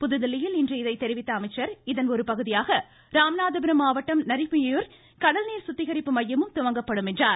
புதுதில்லியில் இன்று இதை தெரிவித்த அமைச்சர் இதன் ஒருபகுதியாக ராமநாதபுரம் மாவட்டம் நரிப்பையூரில் கடல்நீர் சுத்திகரிப்பு மையமும் துவங்கப்படும் என்றார்